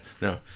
No